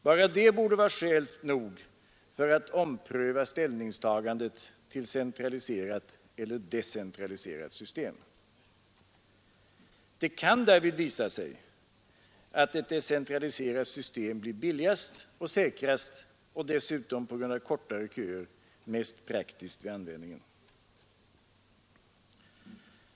Bara det borde vara skäl nog för att ompröva ställningstagandet till centraliserat eller decentraliserat system. Det kan därvid visa sig att ett decentraliserat system blir billigast och säkrast och dessutom på grund av kortare köer mest praktiskt i användningen.